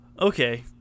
Okay